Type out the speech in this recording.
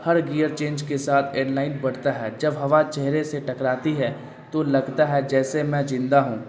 ہر gear change کے ساتھ adrenaline بڑھتا ہے جب ہوا چہرے سے ٹکڑاتی ہے تو لگتا ہے جیسے میں جندہ ہوں